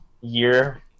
year